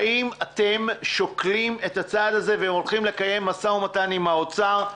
האם אתם שוקלים את הצעד הזה והולכים לקיים משא ומתן עם האוצר?